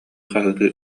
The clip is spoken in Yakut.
хаһыытыы